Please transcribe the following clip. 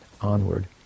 onward